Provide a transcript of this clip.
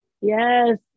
Yes